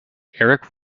eric